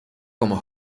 como